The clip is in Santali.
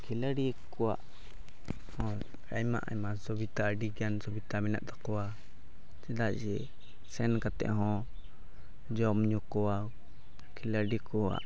ᱠᱷᱮᱞᱟᱹᱲᱤᱭᱟᱹ ᱠᱚᱣᱟᱜ ᱦᱚᱸ ᱟᱭᱢᱟ ᱟᱭᱢᱟ ᱥᱩᱵᱤᱫᱷᱟ ᱟᱹᱰᱤ ᱜᱟᱱ ᱥᱩᱵᱤᱫᱷᱟ ᱢᱮᱱᱟᱜ ᱛᱟᱠᱚᱣᱟ ᱪᱮᱫᱟᱜ ᱡᱮ ᱥᱮᱱ ᱠᱟᱛᱮᱫ ᱦᱚᱸ ᱡᱚᱢᱼᱧᱩ ᱠᱚ ᱠᱷᱤᱞᱟᱲᱤ ᱠᱚᱣᱟᱜ